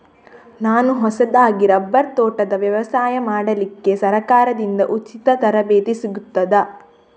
ನಾನು ಹೊಸದಾಗಿ ರಬ್ಬರ್ ತೋಟದ ವ್ಯವಸಾಯ ಮಾಡಲಿಕ್ಕೆ ಸರಕಾರದಿಂದ ಉಚಿತ ತರಬೇತಿ ಸಿಗುತ್ತದಾ?